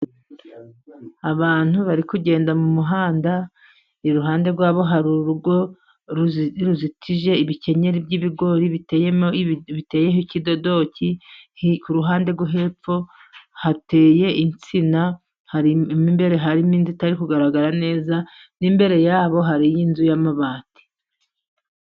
Abantu bari kugenda mu muhanda, iruhande rwabo hari urugo ruzitije ibikenyeri by'ibigori, biteyeho ikidodoki ku ruhande rwo hepfo hateye insina, mo imbere harimo indi itari kugaragara neza, n'imbere yabo hariyo inzu y'amabati.